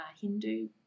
Hindu